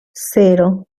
cero